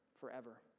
forever